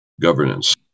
governance